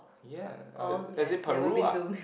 ya or is it is it Peru ah